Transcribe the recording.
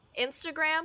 Instagram